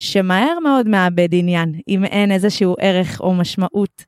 שמהר מאוד מאבד עניין אם אין איזשהו ערך או משמעות.